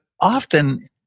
often